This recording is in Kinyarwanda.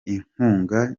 inkunga